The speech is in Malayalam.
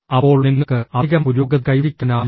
അപ്പോൾ നിങ്ങൾക്ക് അധികം പുരോഗതി കൈവരിക്കാനാവില്ല